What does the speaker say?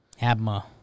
Abma